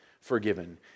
forgiven